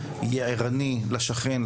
יהיה ערני לשכן,